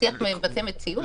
השיח מבטא מציאות.